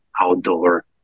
outdoor